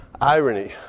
Irony